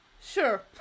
Sure